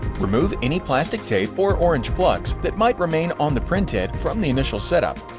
remove any plastic tape or orange plugs that might remain on the printhead from the initial setup.